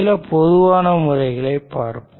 சில பொதுவான முறைகளைப் பார்ப்போம்